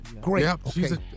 Great